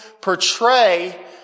portray